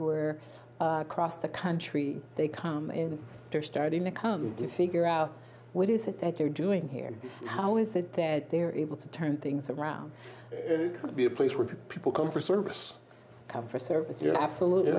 where cross the country they come in they're starting to come to figure out what is it that they're doing here how is it that they are able to turn things around to be a place where people come for service for service they're absolutely